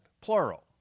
plural